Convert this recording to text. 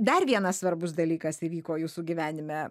dar vienas svarbus dalykas įvyko jūsų gyvenime